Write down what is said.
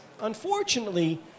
Unfortunately